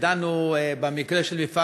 ודנו במקרה של מפעל